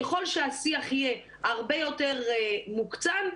ככל שהשיח יהיה הרבה יותר מוקצן,